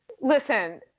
listen